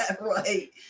Right